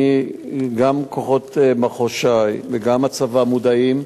גם כוחות מחוז ש"י וגם הצבא מודעים.